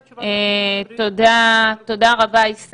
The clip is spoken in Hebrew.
לטעמי,